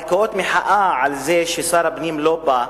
אבל כאות מחאה על זה ששר הפנים לא בא,